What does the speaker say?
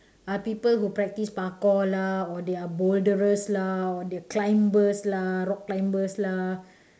are people who practice parkour lah or they are boulderers lah or they climbers lah rock climbers lah